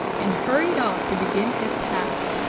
and hurried off to begin his task.